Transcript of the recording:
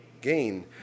Gain